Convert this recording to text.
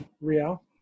Real